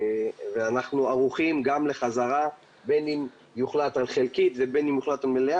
אנחנו ערוכים לחזרה בין אם יוחלט על חזרה חלקית או חזרה מלאה.